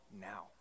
now